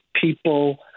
people